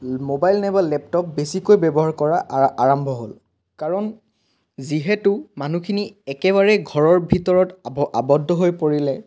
mobile নাইবা laptop বেছিকৈ ব্যৱহাৰ কৰা আ আৰম্ভ হ'ল কাৰণ যিহেতু মানুহখিনি একেবাৰেই ঘৰৰ ভিতৰত আৱ আৱদ্ধ হৈ পৰিলে